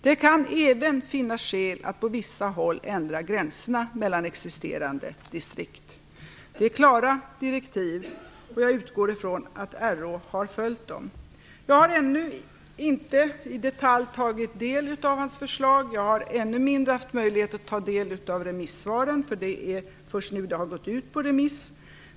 Det kan även finnas skäl att på vissa håll ändra gränserna mellan existerande distrikt. Det är klara direktiv, och jag utgår från att RÅ har följt dem. Jag har ännu inte i detalj tagit del av hans förslag. Jag har ännu mindre haft möjlighet att ta del av remissvaren. Det är först nu frågan har gått ut på remiss.